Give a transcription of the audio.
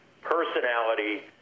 personality